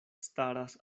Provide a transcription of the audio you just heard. staras